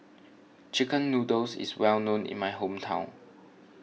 Chicken Noodles is well known in my hometown